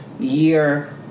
Year